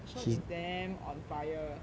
shaun is damn on fire